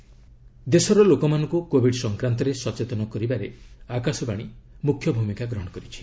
ମଷ୍ଟ announcement ଦେଶର ଲୋକମାନଙ୍କୁ covid ସଂକ୍ରାନ୍ତରେ ସଚେତନ କରିବାରେ ଆକାଶବାଣୀ ମୁଖ୍ୟ ଭୂମିକା ଗ୍ରହଣ କରିଛି